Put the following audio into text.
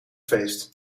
feest